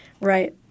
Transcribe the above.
right